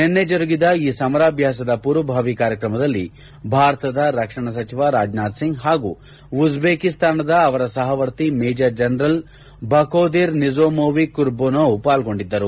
ನಿನ್ನೆ ಜರುಗಿದ ಈ ಸಮರಾಭ್ಯಾಸದ ಪೂರ್ವಭಾವಿ ಕಾರ್ಯಕ್ರಮದಲ್ಲಿ ಭಾರತದ ರಕ್ಷಣಾ ಸಚಿವ ರಾಜನಾಥ್ಸಿಂಗ್ ಹಾಗೂ ಉಜ್ಬೇಕಿಸ್ತಾನದ ಅವರ ಸಹವರ್ತಿ ಮೇಜರ್ ಜನರಲ್ ಭಖೋದಿರ್ ನಿಜಮೊವಿಕ್ ಖುರ್ಬನೌ ಪಾಲ್ಲೊಂಡಿದ್ದರು